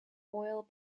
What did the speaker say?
oil